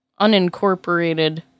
unincorporated